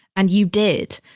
and you did.